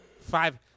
five